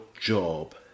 job